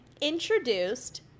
introduced